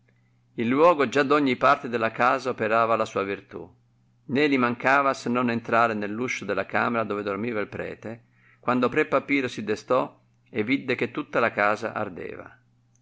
il luogo già d ogni parte della casa operava la sua virtù né li mancava se non entrare nell'uscio della camera dove dormiva il prete quando pre papiro si destò e vidde che tutta la casa ardeva